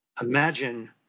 Imagine